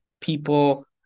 People